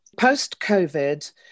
Post-COVID